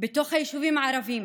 בתוך היישובים הערביים